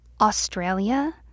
Australia